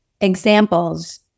examples